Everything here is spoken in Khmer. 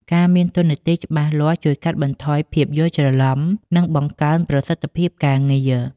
ការមានតួនាទីច្បាស់លាស់ជួយកាត់បន្ថយភាពយល់ច្រឡំ និងបង្កើនប្រសិទ្ធភាពការងារ។